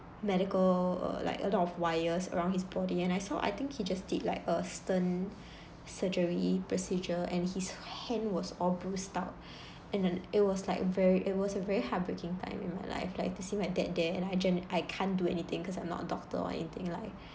medical uh like a lot of wires around his body and I saw I think he just did like a stent surgery procedure and his hand was all bruised out and and it was like very it was a very heartbreaking time in my life like to see my dad there and I just I can't do anything cause I'm not a doctor or anything like